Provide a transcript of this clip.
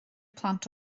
plant